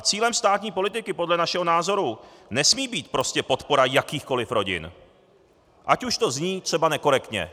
Cílem státní politiky podle našeho názoru nesmí být prostě podpora jakýchkoliv rodin, ať už to zní třeba nekorektně.